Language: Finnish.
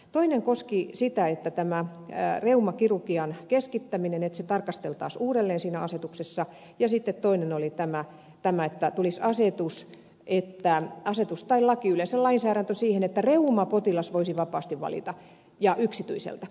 toinen koski sitä että reumakirurgian keskittämistä tarkasteltaisiin uudelleen siinä asetuksessa ja sitten toinen oli tämä että tulisi asetus tai laki siihen yleensä lainsäädäntö että reumapotilas voisi vapaasti valita hoitopaikan ja yksityiseltä puolelta